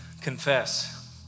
confess